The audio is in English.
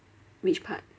which part